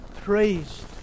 praised